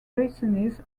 racemes